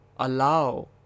Allow